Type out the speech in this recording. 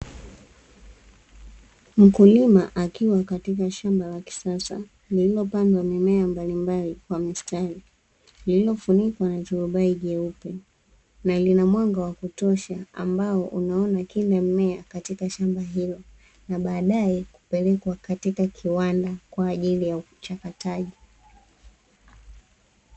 Mkulima akiwa katika shamba la kisasa lililopandwa mimea mbalimbali kwa mistari, lililofunikwa na turubai jeupe, na lina mwanga wa kutosha ambao unaona kila mmea katika shamba hilo. Na baadaye kupelekwa katika kiwanda kwa ajili ya uchakataji.